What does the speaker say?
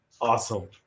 Awesome